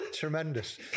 Tremendous